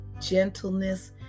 gentleness